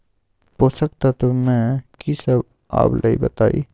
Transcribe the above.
पोषक तत्व म की सब आबलई बताई?